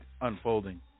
unfolding